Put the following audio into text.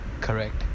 correct